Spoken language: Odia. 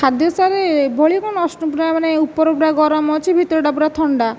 ଖାଦ୍ୟ ସାର୍ ଏଭଳି କ'ଣ ନଷ୍ଟ ପୁରା ମାନେ ଉପର ଗୁଡ଼ାକ ଗରମ ଅଛି ଭିତରଟା ପୁରା ଥଣ୍ଡା